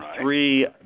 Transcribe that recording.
three